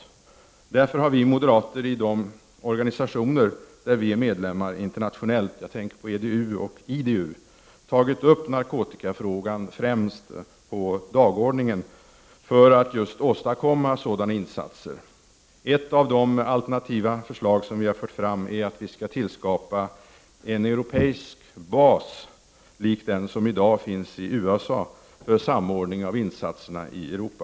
Vi moderater har därför i de internationella organisationer där vi är medlemmar — jag tänker på EDU och IDU — tagit upp narkotikafrågan främst på dagordningen, för att åstadkomma sådana insatser. Ett av de förslag vi har fört fram är att man skall skapa en europeisk bas för samordning av insatserna i Europa, lik den bas som i dag finns i USA.